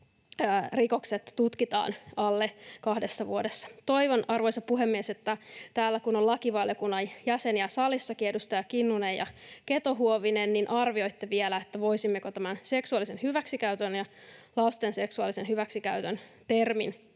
rikokset tutkitaan alle kahdessa vuodessa. Toivon, arvoisa puhemies, että täällä, kun on lakivaliokunnan jäseniä salissakin, edustaja Kinnunen ja Keto-Huovinen, niin arvioitte vielä, että voisimmeko tämän seksuaalisen hyväksikäytön ja lasten seksuaalisen hyväksikäytön termin